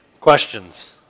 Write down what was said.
Questions